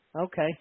Okay